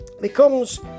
becomes